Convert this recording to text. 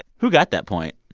who got that point?